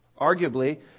Arguably